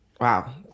wow